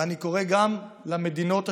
ואני קורא גם למדינות השכנות: